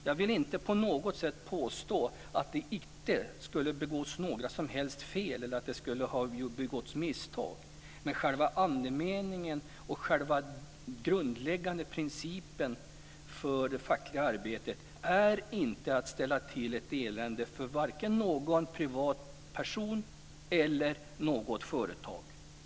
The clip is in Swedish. Jag vill inte på något sätt påstå att det inte skulle begås några som helst fel eller ha gjorts misstag, men själva andemeningen och själva den grundläggande principen för det fackliga arbetet är inte att ställa till ett elände för vare sig någon privatperson eller något företag.